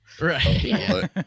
Right